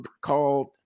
called